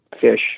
Fish